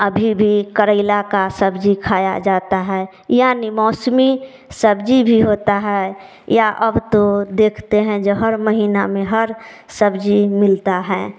अभी भी करेला का सब्जी खाया जाता है यानी मौसमी सब्जी भी होता है या अब तो देखते हैं जो हर महीना में हर सब्जी मिलता है